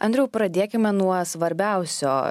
andriau pradėkime nuo svarbiausio